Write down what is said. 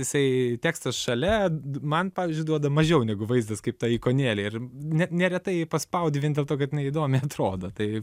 jisai tekstas šalia man pavyzdžiui duoda mažiau negu vaizdas kaip ta ikonėlė ir ne neretai paspaudi vien dėl to kad jinai įdomiai atrodo tai